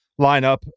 lineup